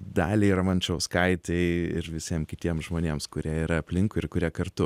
daliai ramančauskaitei ir visiem kitiem žmonėms kurie yra aplinkui ir kurie kartu